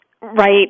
Right